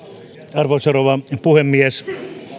arvoisa rouva puhemies